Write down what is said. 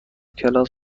کلاس